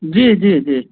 जी जी जी